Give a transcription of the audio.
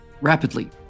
rapidly